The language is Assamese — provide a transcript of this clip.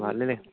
ভালেই লাগে